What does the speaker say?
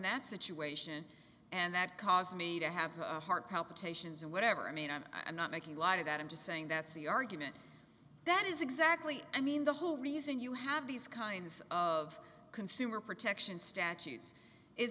that situation and that caused me to have a heart palpitations and whatever i mean i'm i'm not making light of that i'm just saying that's the argument that is exactly i mean the whole reason you have these kinds of consumer protection statutes is